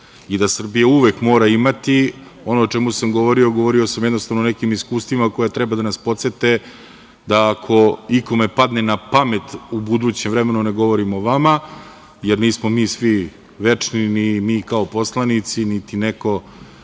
i da je Srbija uvek mora imati. Ono o čemu sam govorio, govorio sam jednostavno o nekim iskustvima koja treba da nas podsete da ako ikome padne napamet u budućem vremenu, ne govorim o vama, jer nismo mi svi večni, ni mi kao poslanici, niti neko